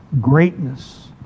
greatness